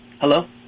Hello